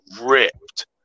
ripped